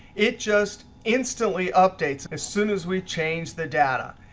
it just instantly updates as soon as we change the data.